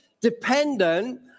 dependent